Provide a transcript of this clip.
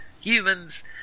humans